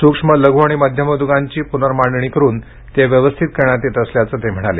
सूक्ष्म लघू आणि मध्यम उद्योगांची पूनर्मांडणी करून ते व्यवस्थित करण्यात येत असल्याचं त्यांनी सांगितलं